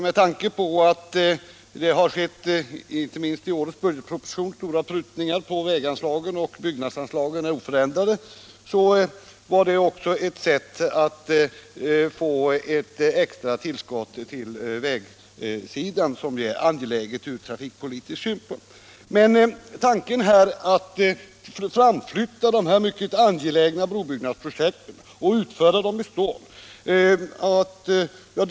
Med tanke på att det, inte minst i årets budgetproposition, har skett stora prutningar på väganslagen och att byggnadsanslagen är oförändrade var det också ett sätt att få ett extra tillskott till vägsidan, som är angeläget från trafikpolitisk synpunkt. Tanken var alltså att framflytta de här mycket angelägna brobyggnadsprojekten och utföra överbyggnaderna i stål.